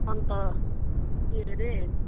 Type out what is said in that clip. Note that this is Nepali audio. अन्त के हरे